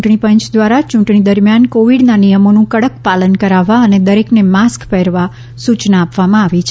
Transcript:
ચૂંટણી પંચ દ્વારા ચૂંટણી દરમિયાન કોવિડના નિયમોનું કડક પાલન કરાવવા અને દરેકને માસ્ક પહેરવા સૂચના આપવામાં આવી છે